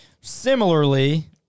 Similarly